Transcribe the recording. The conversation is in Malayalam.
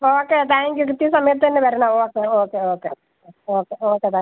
ഓക്കെ താങ്ക് യൂ കൃത്യസമയത്ത് തന്നെ വരണം okay okay okay okay okay താ